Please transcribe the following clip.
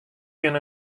jin